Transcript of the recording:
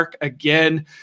again